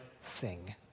sing